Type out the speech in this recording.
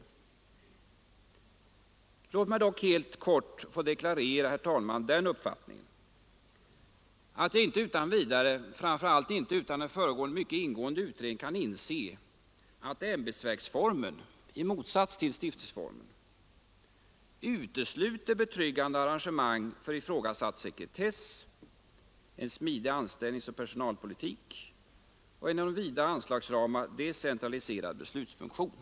Låt mig dock helt kort, herr talman, få deklarera den uppfattningen att jag inte utan vidare, och framför allt inte utan en föregående mycket ingående utredning, kan inse att ämbetsverksformen — i motsats till stiftelseformen — utesluter betryggande arrangemang för ifrågasatt sekretess, en smidig anställningsoch personalpolitik och en inom vida anslagsramar decentraliserad beslutsfunktion.